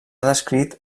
descrit